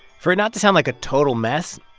for it not to sound like a total mess,